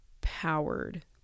powered